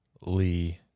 Lee